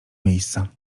miejsca